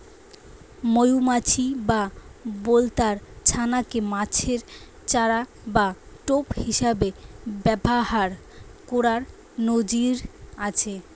মউমাছি বা বলতার ছানা কে মাছের চারা বা টোপ হিসাবে ব্যাভার কোরার নজির আছে